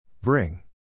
Bring